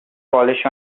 polish